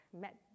met